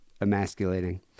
emasculating